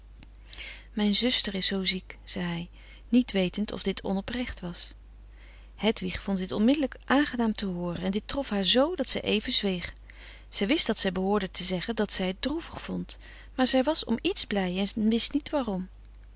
mijn zuster is zoo ziek zei hij niet wetend of dit onoprecht was hedwig vond dit onmiddellijk aangenaam te hooren frederik van eeden van de koele meren des doods en dit trof haar z dat zij even zweeg zij wist dat zij behoorde te zeggen dat zij het droevig vond maar zij was om iets blij en wist niet waarom